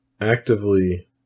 actively